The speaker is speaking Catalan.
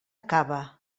acaba